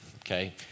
okay